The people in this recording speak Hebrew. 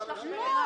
כאן.